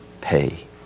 pay